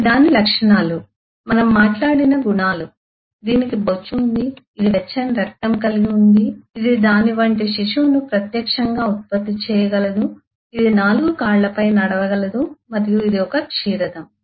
ఇవి దాని లక్షణాలు మనం మాట్లాడిన గుణాలు దీనికి బొచ్చు ఉంది ఇది వెచ్చని రక్తం కలిగి ఉంది ఇది దాని వంటి శిశువును ప్రత్యక్షంగా ఉత్పత్తి చేయగలదు ఇది 4 కాళ్ళపై నడవగలదు మరియు ఇది ఒక క్షీరదం